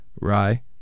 rye